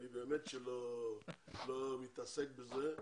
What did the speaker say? אני באמת שלא מתעסק בזה.